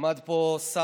עמד פה שר